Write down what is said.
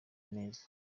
neza